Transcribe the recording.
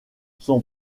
son